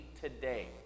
today